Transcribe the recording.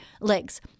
legs